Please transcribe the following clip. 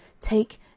take